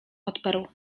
odparł